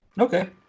Okay